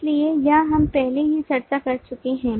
इसलिए यह हम पहले ही चर्चा कर चुके हैं